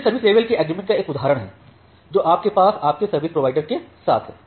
यह service level के agreement का एक उदाहरण है जो आपके पास आपके सर्विस प्रोवाइडर के साथ है